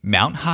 Mount